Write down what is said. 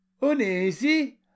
uneasy